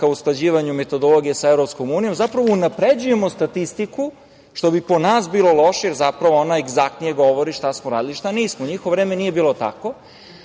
usklađivanju metodologije sa EU, zapravo, unapređujemo statistiku, što bi po nas bilo lošije, jer zapravo ona egzaktnije govori šta smo uradili a šta nismo.U njihovo vreme nije bilo tako,